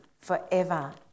Forever